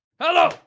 Hello